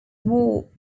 war